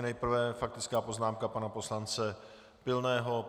Nejprve faktická poznámka pana poslance Pilného.